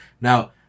Now